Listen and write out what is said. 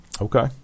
Okay